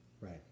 Right